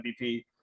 MVP